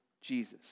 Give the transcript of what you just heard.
Jesus